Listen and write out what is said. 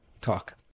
talk